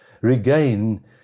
regain